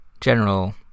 general